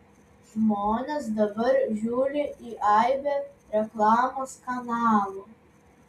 žmonės dabar žiūri į aibę reklamos kanalų